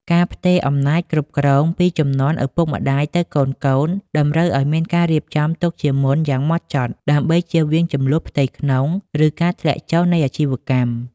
ការផ្ទេរអំណាចគ្រប់គ្រងពីជំនាន់ឪពុកម្ដាយទៅឱ្យកូនៗ តម្រូវឱ្យមានការរៀបចំទុកជាមុនយ៉ាងហ្មត់ចត់ ដើម្បីចៀសវាងជម្លោះផ្ទៃក្នុង ឬការធ្លាក់ចុះនៃអាជីវកម្ម។